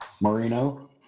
Marino